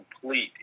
complete